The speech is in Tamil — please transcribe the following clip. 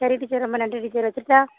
சரி டீச்சர் ரொம்ப நன்றி டீச்சர் வச்சிடட்டா